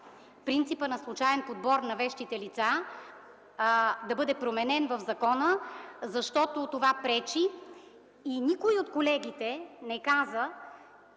принципът на случаен подбор на вещите лица да бъде променен в закона, защото това пречи. Никой от колегите не каза